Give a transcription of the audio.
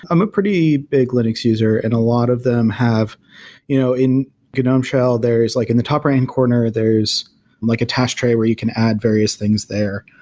i'm a pretty big linux user and a lot of them have you know in gnome um shell, there is like in the top right-hand corner, there's like a task tray where you can add various things there,